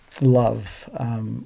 love –